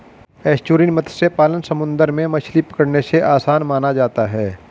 estuarine मत्स्य पालन समुंदर में मछली पकड़ने से आसान माना जाता है